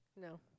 No